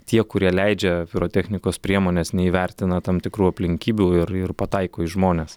tie kurie leidžia pirotechnikos priemones neįvertina tam tikrų aplinkybių ir ir pataiko į žmones